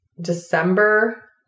December